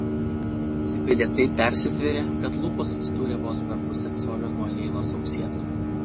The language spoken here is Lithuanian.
sibilė taip persisvėrė kad lūpos atsidūrė vos per pusę colio nuo leilos ausies